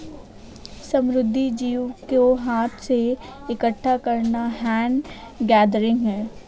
समुद्री जीव को हाथ से इकठ्ठा करना हैंड गैदरिंग है